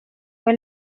fue